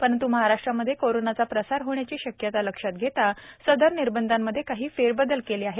परंत् महाराष्ट्रामध्ये कोरोनाचा प्रसार होण्याची शक्यता लक्षात घेता सदर निर्बंधांमध्ये काही फेरबद्दल केले आहेत